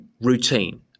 routine